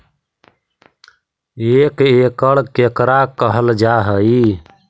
एक एकड़ केकरा कहल जा हइ?